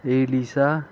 Elisa